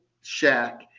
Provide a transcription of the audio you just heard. shack